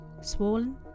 swollen